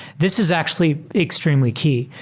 this is actually extremely key.